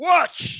Watch